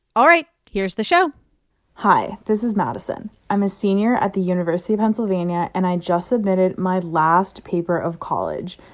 all right. here's the show hi, this is madison. i'm a senior at the university of pennsylvania and i just submitted my last paper of college.